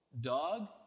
dog